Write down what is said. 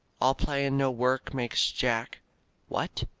all play and no work makes jack what?